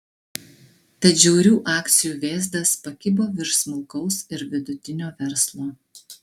tad žiaurių akcijų vėzdas pakibo virš smulkaus ir vidutinio verslo